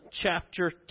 chapter